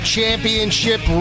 Championship